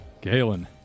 Galen